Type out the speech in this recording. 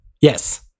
Yes